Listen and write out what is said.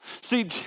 See